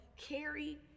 carry